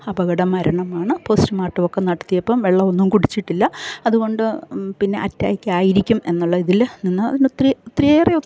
അപകട മരണമാണ് പോസ്റ്റ്മാർട്ട് ഒക്കെ നടത്തിയപ്പം വെള്ളം ഒന്നും കുടിച്ചിട്ടില്ല അതുകൊണ്ട് പിന്നെ അറ്റാക്കായിരിക്കും എന്നുള്ള ഇതില് നിന്ന് അന്നൊത്തിരി ഒത്തിരിയേറെ